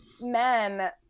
men